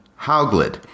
Hauglid